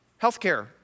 Healthcare